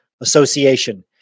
Association